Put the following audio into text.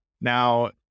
Now